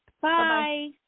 Bye